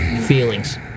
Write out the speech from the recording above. feelings